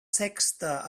sexta